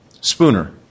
Spooner